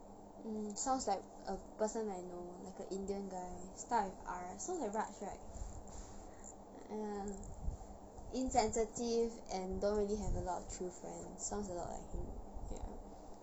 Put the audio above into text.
mm sounds like a person I know like a indian guy start with R sound like raj right ya insensitive and don't really have a lot of true friend sounds a lot like him ya